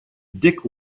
dick